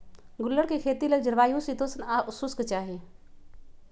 गुल्लर कें खेती लेल जलवायु शीतोष्ण आ शुष्क चाहि